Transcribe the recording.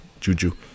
juju